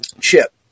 chip